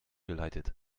geleitet